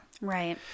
Right